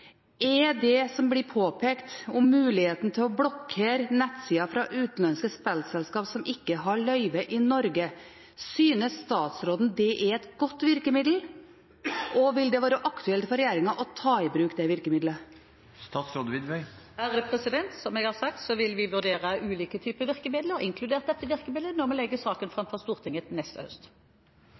det som blir påpekt om muligheten til å blokkere nettsider fra utenlandske spillselskaper som ikke har løyve i Norge, er et godt virkemiddel? Og vil det være aktuelt for regjeringen å ta i bruk dette virkemidlet? Som jeg har sagt, vil vi vurdere ulike typer virkemidler, inkludert dette virkemidlet, når vi legger saken fram for Stortinget neste høst.